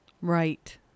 right